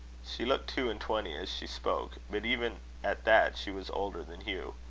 she looked two and twenty as she spoke but even at that she was older than hugh.